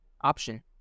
option